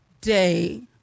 day